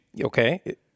Okay